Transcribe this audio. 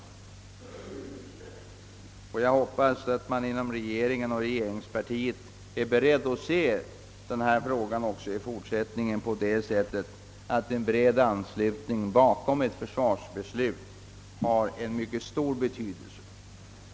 Jag hoppas att man inom regeringen och regeringspartiet är beredd att också i fortsättningen betrakta denna fråga på det sättet att en bred anslutning bakom ett försvarsbeslut har en mycket stor betydelse.